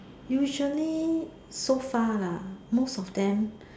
usually so far lah most of them